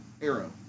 Arrow